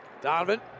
Donovan